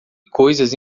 coisas